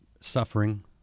suffering